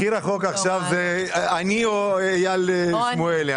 הכי רחוק עכשיו זה אני או איל שמואלי,